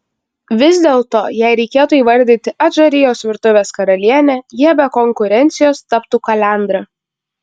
vis dėlto jei reikėtų įvardyti adžarijos virtuvės karalienę ja be konkurencijos taptų kalendra